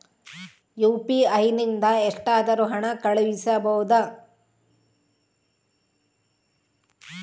UPI ನಿಂದ ಎಷ್ಟಾದರೂ ಹಣ ಕಳಿಸಬಹುದಾ?